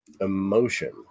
emotion